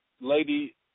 Lady